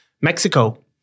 Mexico